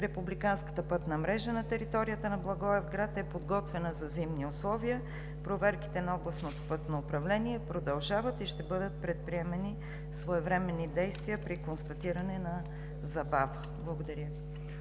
Републиканската пътна мрежа на територията на Благоевград е подготвена за зимни условия. Проверките на Областното пътно управление продължават и ще бъдат предприемани своевременни действия при констатиране на забава. Благодаря